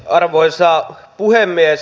arvoisa puhemies